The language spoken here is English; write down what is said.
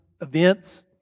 events